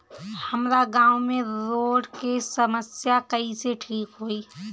हमारा गाँव मे रोड के समस्या कइसे ठीक होई?